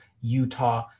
Utah